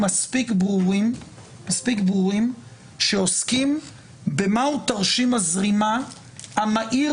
מספיק ברורים שעוסקים במהו תרשים הזרימה המהיר